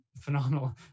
Phenomenal